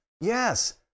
Yes